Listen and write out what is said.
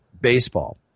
baseball